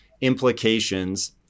implications